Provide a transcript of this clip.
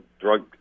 drug